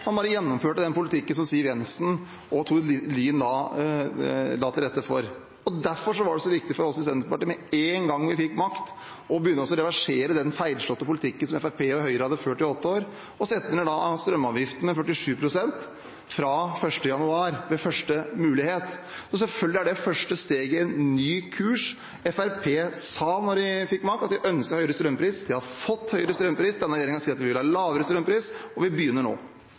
den politikken som Siv Jensen og Tord Lien la til rette for. Derfor var det så viktig for oss i Senterpartiet med en gang vi fikk makt, å begynne å reversere den feilslåtte politikken som Fremskrittspartiet og Høyre hadde ført i åtte år, og å sette ned strømavgiften med 47 pst. fra 1. januar ved første mulighet. Selvfølgelig er det det første steget på en ny kurs. Fremskrittspartiet sa da de fikk makt, at de ønsket høyere strømpris – de har fått høyere strømpris. Denne regjeringen sier at vi vil ha lavere strømpris, og vi begynner nå.